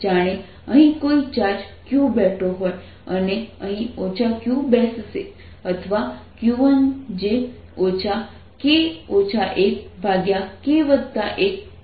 જાણે અહીં કોઈ ચાર્જ q બેઠો હોય અને અહીં q બેસશે અથવા q1 જે k 1k1qજેટલું છે